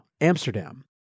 Amsterdam